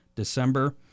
December